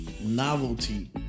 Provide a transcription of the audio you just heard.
novelty